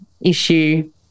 issue